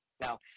Now